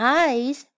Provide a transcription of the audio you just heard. eyes